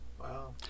Wow